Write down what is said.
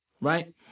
right